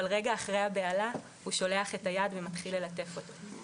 רגע אחרי הבהלה הוא שולח את היד ומתחיל ללטף אותו.